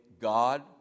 God